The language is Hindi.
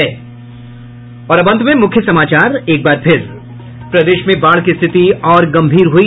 और अब अंत में मुख्य समाचार एक बार फिर प्रदेश में बाढ़ की स्थिति और गम्भीर हुई